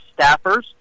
staffers